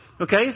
Okay